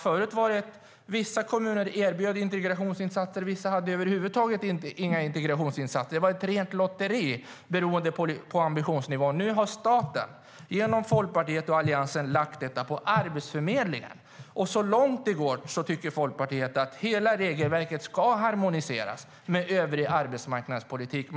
Förut erbjöd vissa kommuner integrationsinsatser medan vissa över huvud taget inte hade några integrationsinsatser. Det var ett rent lotteri, beroende på ambitionsnivå. Nu har staten genom Folkpartiet och Alliansen lagt denna uppgift på Arbetsförmedlingen, och Folkpartiet tycker att hela regelverket så långt det går ska harmoniseras med övrig arbetsmarknadspolitik.